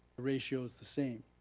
ratio is the same.